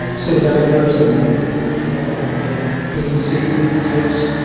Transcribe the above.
um city managers and and agency heads